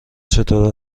چطور